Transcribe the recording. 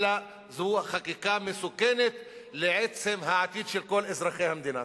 אלא זו חקיקה מסוכנת לעצם העתיד של כל אזרחי המדינה.